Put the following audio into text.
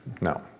No